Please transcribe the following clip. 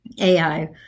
AI